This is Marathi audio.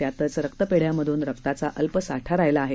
त्यातच रक्तपेढ्यांमधून रक्ताचा अल्प साठा राहीला आहे